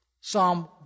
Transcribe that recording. Psalm